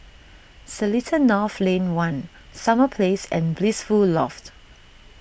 Seletar North Lane one Summer Place and Blissful Loft